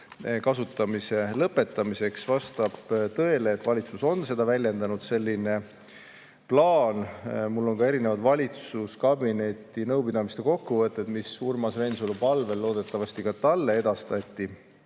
kasutamise lõpetamiseks. Vastab tõele, et valitsus on seda väljendanud. Selline plaan – mul on valitsuskabineti nõupidamiste kokkuvõtted, mis Urmas Reinsalu palvel loodetavasti ka talle edastati,